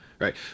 right